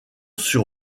sur